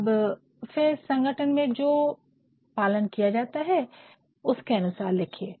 अब फिर संगठन में जो पालन किया जाता है उसके अनुसार लिखिए